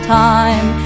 time